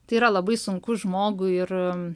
tai yra labai sunku žmogui ir